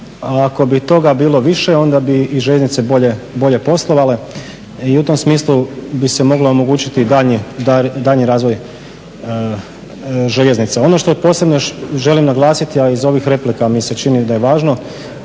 ako bi toga bilo više, onda bi i željeznice bolje poslovale i u tom smislu bi se moglo omogućiti daljnji razvoj željeznica. Ono što posebno želim naglasiti, a iz ovih replika mi se čini da je važno,